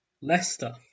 Leicester